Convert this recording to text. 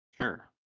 Sure